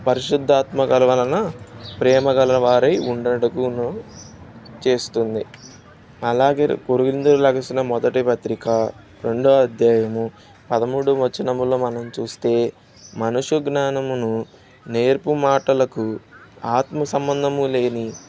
పరిశుద్ధాత్మ గల వలన ప్రేమగల వారై ఉండుటకు చేస్తుంది అలాగే కురివింద రాసిన మొదటి పత్రిక రెండవ అధ్యయము పదమూడు వచనముంలో మనం చూస్తే మనుషుల జ్ఞానమును నేర్పు మాటలకు ఆత్మ సంబంధము లేని